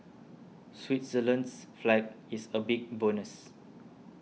Switzerland's flag is a big plus